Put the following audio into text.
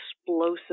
explosive